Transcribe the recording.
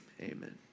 amen